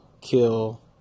kill